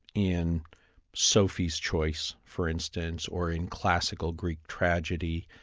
in sophie's choice, for instance, or in classical greek tragedy,